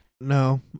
No